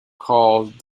called